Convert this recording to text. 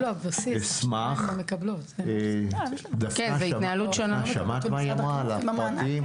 אני אשמח, דפנה, שמעת מה היא אמרה על הפרטיים?